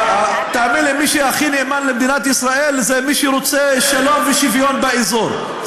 מי שהכי נאמן למדינת ישראל זה מי שרוצה שלום ושוויון באזור.